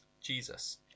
Jesus